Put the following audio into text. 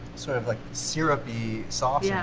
sort of like syrupy sauce. yeah